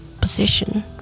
position